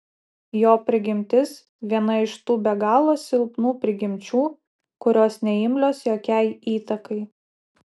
jo prigimtis viena iš tų be galo silpnų prigimčių kurios neimlios jokiai įtakai